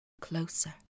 closer